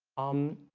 um,